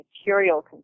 material